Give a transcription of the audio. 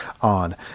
on